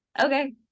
okay